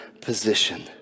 position